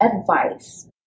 advice